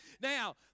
Now